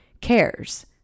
cares